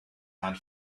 had